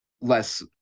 less